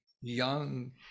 young